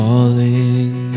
Falling